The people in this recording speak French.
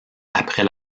après